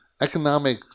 economic